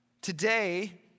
today